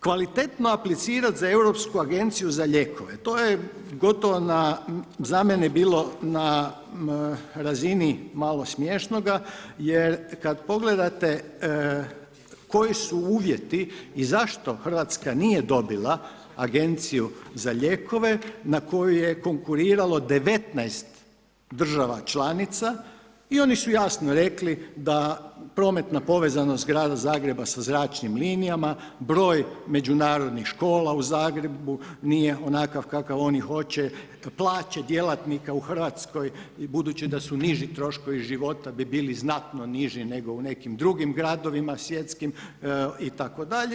Kvalitetno aplicirati za Europsku agenciju za lijekove, to je gotovo na, za mene bilo na razini malo smiješnoga jer kada pogledate koji su uvjeti i zašto Hrvatska nije dobila agenciju za lijekove na koju je konkuriralo 19 država članica i oni su jasno rekli da prometna povezanost grada Zagreba sa zračnim linijama, broj međunarodnih škola u Zagrebu nije onakav kakav oni hoće, plaće djelatnika u Hrvatskoj budući da su niži troškovi života bi bili znatno niži nego u nekim drugim gradovima svjetskim itd.